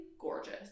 gorgeous